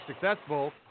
successful